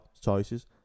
choices